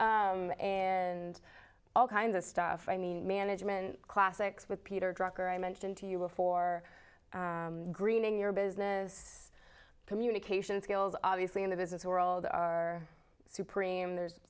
and all kinds of stuff i mean management classics with peter drucker i mentioned to you before greening your business communication skills obviously in the business world are supremum there's